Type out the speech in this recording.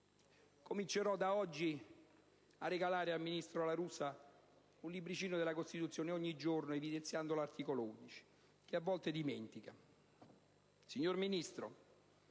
Comincerò da oggi a regalare al ministro La Russa un libricino della Costituzione, ogni giorno, evidenziando l'articolo 11, che a volte dimentica. Signor Ministro,